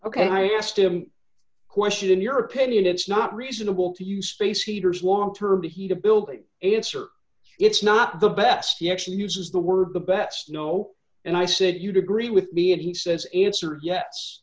ok i asked him question in your opinion it's not reasonable to use space heaters long term to heat a building it's or it's not the best you actually uses the word the best no and i said you'd agree with me if he says answered yes